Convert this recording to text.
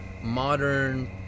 modern